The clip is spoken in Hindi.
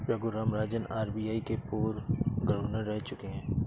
रघुराम राजन आर.बी.आई के पूर्व गवर्नर रह चुके हैं